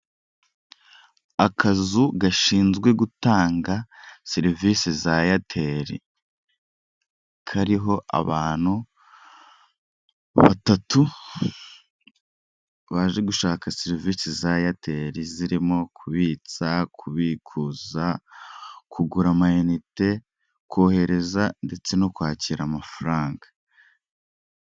Akazu gashinzwe gutanga serivisi za eyateri, kariho abantu batatu baje gushaka serivisi za eyateri zirimo kubitsa, kubikuza, kugura ama inite, kohereza ndetse no kwakira amafaranga.